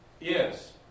Yes